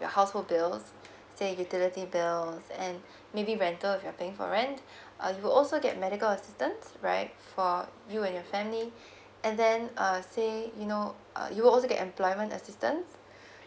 your household bills say utility bills and maybe rental if you're paying for rent uh you'll also get medical assistance right for you and your family and then uh say you know uh you'll also get employment assistance